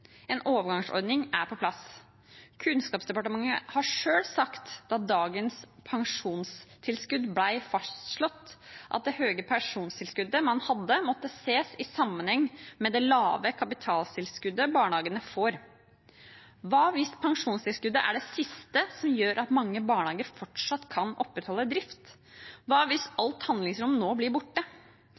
En overgangsordning er på plass. Kunnskapsdepartementet sa selv da dagens pensjonstilskudd ble fastslått, at det høye pensjonstilskuddet man hadde, måtte ses i sammenheng med det lave kapitaltilskuddet barnehagene får. Hva hvis pensjonstilskuddet er det siste som gjør at mange barnehager fortsatt kan opprettholde driften? Hva hvis alt handlingsrom nå blir borte?